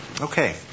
Okay